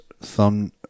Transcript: thumb